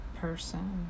person